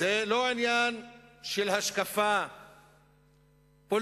זה לא עניין של השקפה פוליטית,